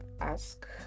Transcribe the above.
Ask